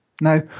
Now